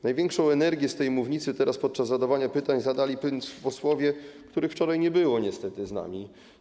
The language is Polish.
Największą energię na tej mównicy teraz, podczas zadawania pytań, wykazali posłowie, których wczoraj nie było niestety z nami.